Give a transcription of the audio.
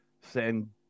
send